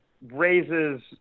raises